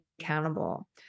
accountable